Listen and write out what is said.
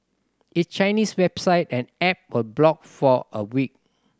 its Chinese website and app were blocked for a week